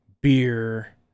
beer